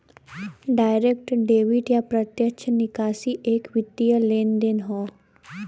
direct debit या प्रत्यक्ष निकासी एक वित्तीय लेनदेन हौ